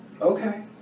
Okay